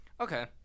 Okay